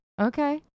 okay